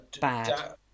Bad